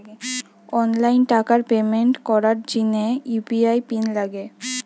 online টাকার payment করার জিনে ইউ.পি.আই পিন লাগে